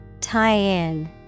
Tie-in